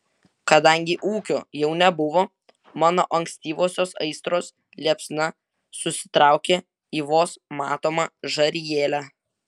kadangi ūkio jau nebuvo mano ankstyvosios aistros liepsna susitraukė į vos matomą žarijėlę